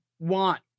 Want